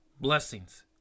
blessings